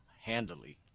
handily